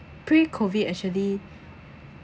pre COVID actually